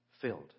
filled